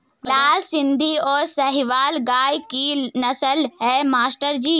लाल सिंधी और साहिवाल गाय की नस्लें हैं मास्टर जी